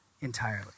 entirely